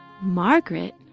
Margaret